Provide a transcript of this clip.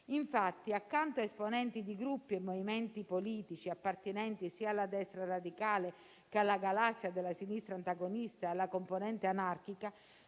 Infatti, accanto a esponenti di gruppi e movimenti politici appartenenti sia alla destra radicale che alla galassia della sinistra antagonista e alla componente anarchica,